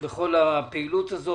בכל הפעילות הזאת.